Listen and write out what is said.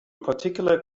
particular